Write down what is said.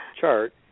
chart